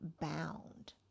bound